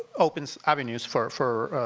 opens avenues for for